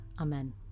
Amen